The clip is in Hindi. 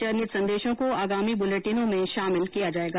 चयनित संदेशों को आगामी बुलेटिनों में शामिल किया जाएगा